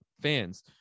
fans